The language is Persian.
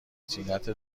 زینت